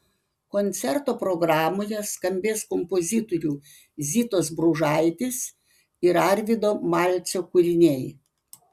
koncerto programoje skambės kompozitorių zitos bružaitės ir arvydo malcio kūriniai